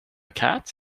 cat